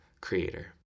creator